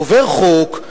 עובר חוק,